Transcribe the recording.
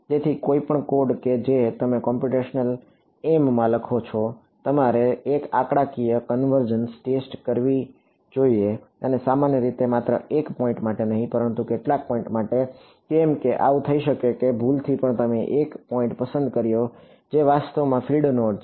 તેથી કોઈપણ કોડ કે જે તમે કોમ્પ્યુટેશનલ એમમાં લખો છો તમારે એક આંકડાકીય કન્વર્જન્સ ટેસ્ટ કરવી જોઈએ અને સામાન્ય રીતે માત્ર એક પોઈન્ટ માટે નહીં પરંતુ કેટલાક પોઈન્ટ માટે કેમ કે એવું થઈ શકે કે ભૂલથી તમે એક પોઈન્ટ પસંદ કર્યો જે વાસ્તવમાં ફીલ્ડ નોડ છે